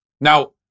Now